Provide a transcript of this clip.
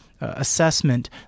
assessment